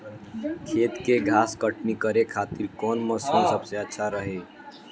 खेत से घास कटनी करे खातिर कौन मशीन सबसे अच्छा रही?